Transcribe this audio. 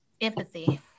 empathy